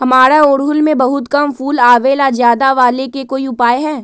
हमारा ओरहुल में बहुत कम फूल आवेला ज्यादा वाले के कोइ उपाय हैं?